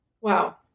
wow